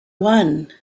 one